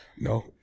No